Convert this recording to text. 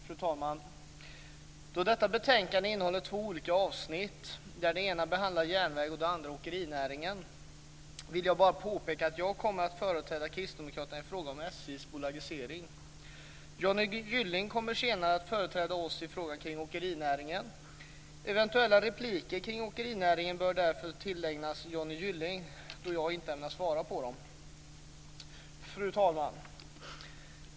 Fru talman! Då detta betänkande innehåller två olika avsnitt - det enda behandlar järnvägen och det andra åkerinäringen - vill jag bara påpeka att jag kommer att företräda kristdemokraterna i frågan om Johnny Gylling kommer senare att företräda oss i frågan kring åkerinäringen. Eventuella repliker kring åkerinäringen bör därför tillägnas Johnny Gylling då jag inte ämnar bemöta dem. Fru talman!